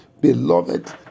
Beloved